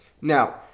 Now